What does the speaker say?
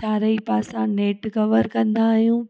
चारई पासा net cover कंदा आहियूं